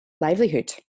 livelihood